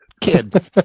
kid